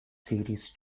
series